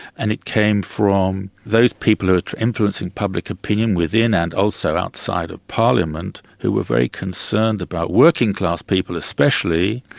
and it came from those people who were influencing public opinion within and also outside of parliament, who were very concerned about working class people especially,